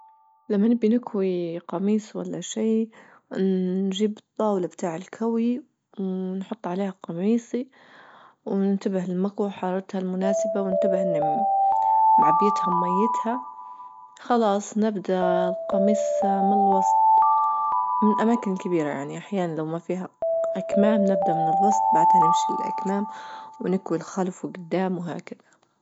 لما نبي نكوي قميص ولا شي نجيب الطاولة بتاع الكوي ونحط عليها قميصي وننتبه للمكواة وحرارتها المناسبة وننتبه أنى معبيتها بميتها، خلاص نبدأ القميص من الوسط من أماكن كبيرة يعني أحيانا لو ما فيها أكمام نبدأ من الوسط بعدها نمشي الأكمام ونكوي الخلف وجدام وهكذا.